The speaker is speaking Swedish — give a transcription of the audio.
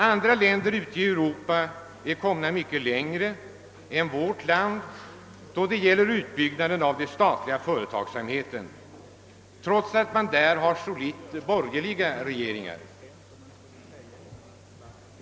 Andra länder i Europa har kommit mycket längre än vårt land då det gäller utbyggnaden av den statliga företagsamheten, trots att man där har solitt borgerliga regeringar.